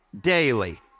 daily